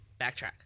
backtrack